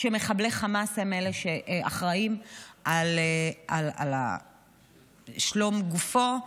כשמחבלי חמאס הם אלה שאחראיים על שלום גופו,